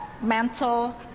mental